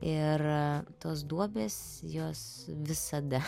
ir tos duobės jos visada